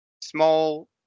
small